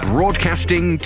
Broadcasting